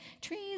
trees